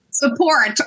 Support